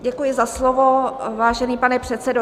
Děkuji za slovo, vážený pane předsedo.